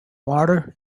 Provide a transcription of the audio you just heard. water